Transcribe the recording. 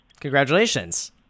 Congratulations